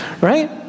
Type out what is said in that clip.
right